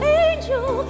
angel